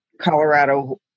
Colorado